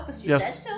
Yes